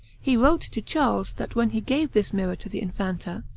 he wrote to charles that when he gave this mirror to the infanta,